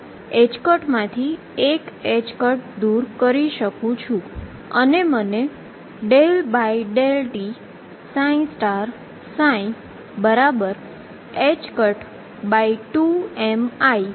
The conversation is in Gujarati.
તેથી મને jx એ 0 બરાબર થાય છે